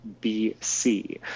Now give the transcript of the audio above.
BC